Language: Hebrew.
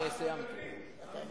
המסתננים מגיעים לתל-אביב, לא,